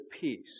Peace